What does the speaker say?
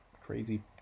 crazy